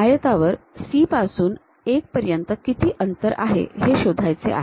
आयतावर C पासून 1 पर्यंत किती अंतर आहे हे शोधायचे आहे